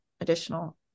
additional